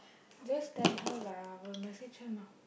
just tell her lah I will message her now